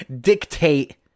dictate